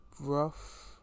rough